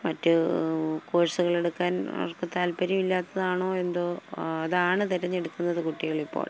മറ്റ് കോഴ്സുകളെടുക്കാൻ അവർക്ക് താല്പര്യമില്ലാത്തതാണോ എന്തോ അതാണ് തെരഞ്ഞെടുക്കുന്നത് കുട്ടികളിപ്പോൾ